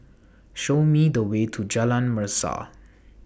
Show Me The Way to Jalan Mesa